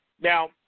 Now